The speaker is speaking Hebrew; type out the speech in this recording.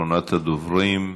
אחרונת הדוברים,